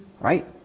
right